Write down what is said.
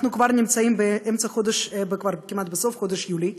אנחנו כבר נמצאים בסוף חודש יולי.